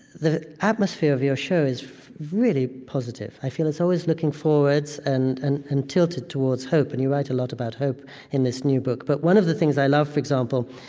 the atmosphere of your show is really positive. i feel it's always looking forwards and and and tilted towards hope. and you write a lot about hope in this new book but one of the things i love, for example,